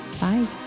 Bye